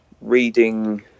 reading